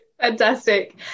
Fantastic